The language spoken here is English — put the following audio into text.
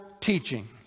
teaching